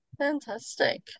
Fantastic